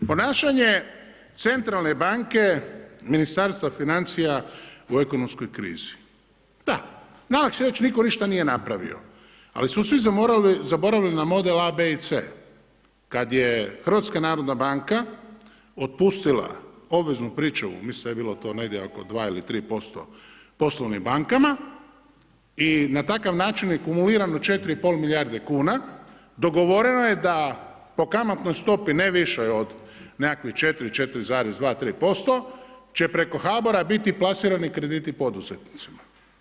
Ponašanje centralne banke, Ministarstva financija u ekonomskoj krizi, da, najlakše je reći niko ništa nije napravio, ali su svi zaboravili na model A,B i C kada je HNB otpustila obveznu pričuvu, mislim da je bilo to negdje oko 2 ili 3% poslovnim bankama i na takav način je kumulirano 4,5 milijarde kuna, dogovoreno da je da po kamatnoj stopi ne višoj od 4, 4,2, 4,3% će preko HBOR-a biti plasirani krediti poduzetnicima.